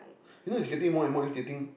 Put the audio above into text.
you know it's getting more and more irritating